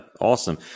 Awesome